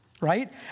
right